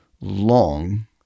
long